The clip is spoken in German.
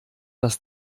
das